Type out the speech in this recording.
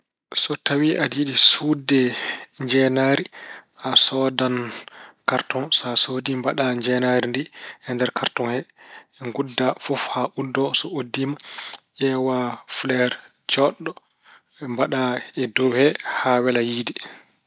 So tawi aɗa yiɗi suuɗde njeenaari, a soodan kartoŋ. So a soodi kartoŋ mbaɗa njeenaari ndi e nder kartoŋ he. Ngudda fof haa uddoo. So uddiima, ƴeewa fuleer jooɗɗo mbaɗa he dow he haa wela yiyde.